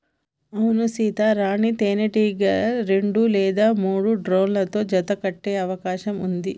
అవునా సీత, రాణీ తేనెటీగ రెండు లేదా మూడు డ్రోన్లతో జత కట్టె అవకాశం ఉంది